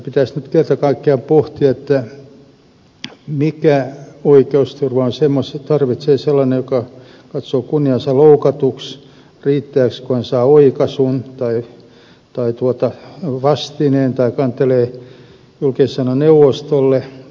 pitäisi nyt kerta kaikkiaan pohtia mitä oikeusturvaa tarvitsee sellainen joka katsoo kunniaansa loukatuksi riittääkö että hän saa oikaisun tai vastineen tai kantelee julkisen sanan neuvostolle